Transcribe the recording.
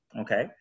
okay